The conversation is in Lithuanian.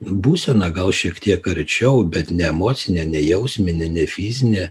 būsena gal šiek tiek arčiau bet ne emocinė ne jausminė ne fizinė